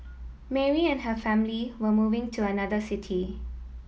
Mary and her family were moving to another city